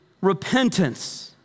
Repentance